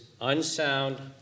unsound